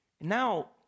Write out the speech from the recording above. Now